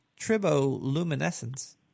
Triboluminescence